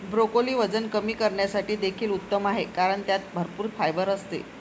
broccoli वजन कमी करण्यासाठी देखील उत्तम आहे कारण त्यात भरपूर फायबर असते